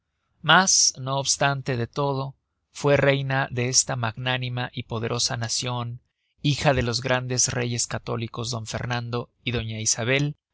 mas no obstante de todo fue reina de esta magnánima y poderosa nacion hija de los grandes reyes católicos d fernando y doña isabel